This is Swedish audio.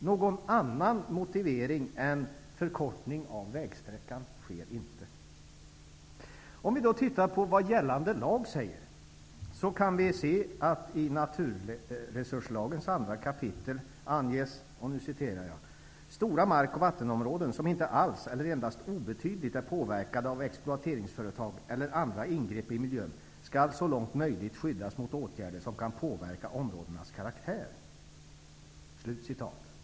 Någon annan motivering än förkortning av vägsträckan ges inte. Låt oss titta på vad gällande lag säger. Vi kan se att av 2 kap. i naturresurslagen framgår det att stora mark och vattenområden som inte alls eller endast obetydligt är påverkade av exploateringsföretag eller andra ingrepp i miljön skall så långt möjligt skyddas mot åtgärder som kan påverka områdenas karaktär.